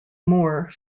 moore